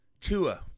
Tua